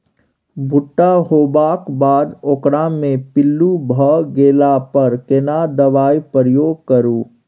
भूट्टा होबाक बाद ओकरा मे पील्लू भ गेला पर केना दबाई प्रयोग करू?